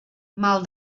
mal